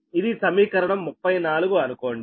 ఇది సమీకరణం 34 అనుకోండి